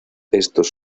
estos